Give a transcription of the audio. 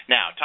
Now